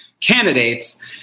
candidates